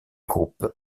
groupes